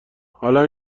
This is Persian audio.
حالا